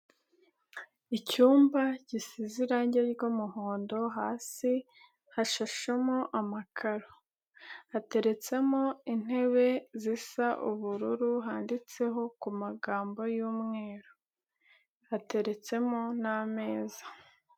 Icyumba gisize irangi ry'umuhondo, hasi hashashemo amakaro. Hateretsemo intebe zisa ubururu handitseho ku magambo y'umweru hateretsemo n'ameza.